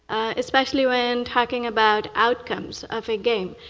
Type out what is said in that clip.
especially when talking about outcomes of a game.